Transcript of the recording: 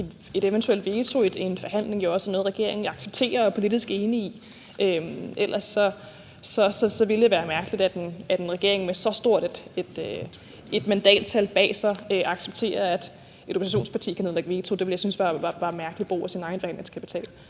et eventuelt veto i en forhandling jo også er noget, regeringen accepterer og er politisk enig i, for ellers ville det være mærkeligt, at en regering med så stort et mandattal bag sig accepterede, at et oppositionsparti kunne nedlægge veto. Det ville jeg synes var en mærkelig brug af ens egen forhandlingskapital.